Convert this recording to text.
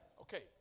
Okay